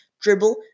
dribble